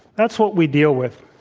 that's what we deal with.